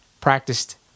practiced